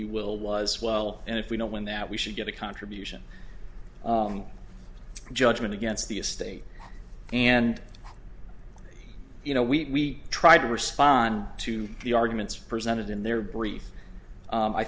you will was well and if we don't win that we should get a contribution judgment against the estate and you know we tried to respond to the arguments presented in their brief